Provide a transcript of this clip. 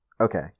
Okay